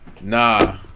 nah